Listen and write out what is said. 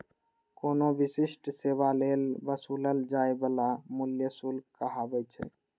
कोनो विशिष्ट सेवा लेल वसूलल जाइ बला मूल्य शुल्क कहाबै छै